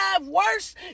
worse